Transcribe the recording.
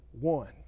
one